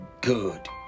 good